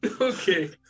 Okay